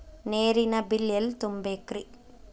ನೇರಿನ ಬಿಲ್ ಎಲ್ಲ ತುಂಬೇಕ್ರಿ?